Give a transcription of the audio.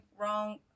wrong